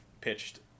pitched